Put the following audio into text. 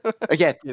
again